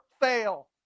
fail